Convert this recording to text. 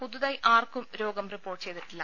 പുതുതായി ആർക്കും രോഗം റിപ്പോർട്ട് ചെയ്തിട്ടില്ല